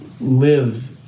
live